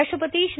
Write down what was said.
राष्ट्रपती श्री